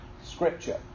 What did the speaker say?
scripture